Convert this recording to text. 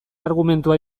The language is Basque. argumentua